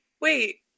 wait